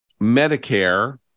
Medicare